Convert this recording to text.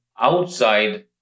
outside